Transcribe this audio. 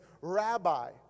Rabbi